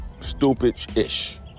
stupid-ish